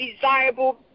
desirable